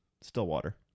Stillwater